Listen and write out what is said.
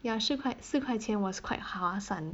ya 四块钱 was quite 划算